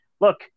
look